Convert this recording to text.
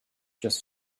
just